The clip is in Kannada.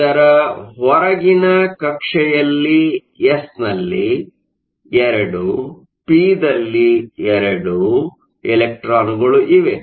ಅದರ ಹೊರಗಿನ ಕಕ್ಷೆಯಲ್ಲಿ ಎಸ್ ನಲ್ಲಿ 2 ಪಿದಲ್ಲಿ 2 ಎಲೆಕ್ಟ್ರಾನ್ಗಳು ಇವೆ